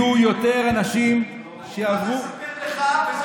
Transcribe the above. יהיו יותר אנשים שיעברו, אני אספר לך.